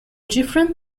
different